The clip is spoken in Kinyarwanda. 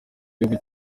gihugu